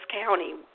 County